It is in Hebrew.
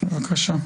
בבקשה.